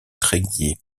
tréguier